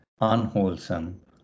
unwholesome